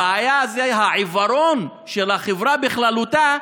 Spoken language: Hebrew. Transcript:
הבעיה זה העיוורון של החברה בכללותה,